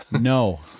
no